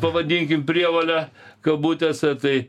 pavadinkim prievolę kabutėse tai